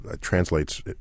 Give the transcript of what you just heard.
translates